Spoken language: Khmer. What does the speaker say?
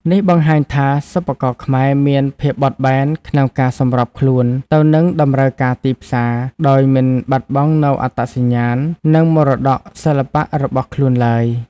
នេះបង្ហាញថា សិប្បករខ្មែរមានភាពបត់បែនក្នុងការសម្របខ្លួនទៅនឹងតម្រូវការទីផ្សារ ដោយមិនបាត់បង់នូវអត្តសញ្ញាណ និងមរតកសិល្បៈរបស់ខ្លួនឡើយ។